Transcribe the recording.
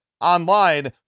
online